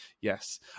yes